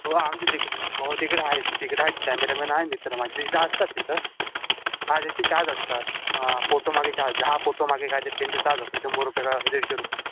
हो आमचे तिकड हो तिकडे आहेत तिकडे आहेत कॅमेरामॅन आहे मित्र माझ्याशी असतात तिथं हां त्यांचे चार्ज असतात आं फोटोमागे चार्ज दहा फोटोमागे काय ते त्यांचं चार्ज असतो शंभर रुपये का दीडशे रुपये